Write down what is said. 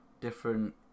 different